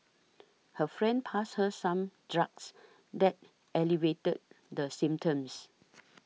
her friend passed her some drugs that alleviated the symptoms